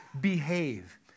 behave